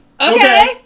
okay